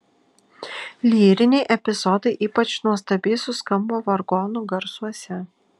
lyriniai epizodai ypač nuostabiai suskambo vargonų garsuose